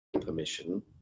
permission